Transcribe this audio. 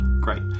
Great